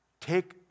Take